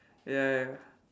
ya ya